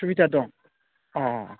सुबिदा दं अह